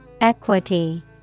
Equity